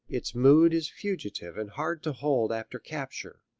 its mood is fugitive and hard to hold after capture.